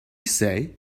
say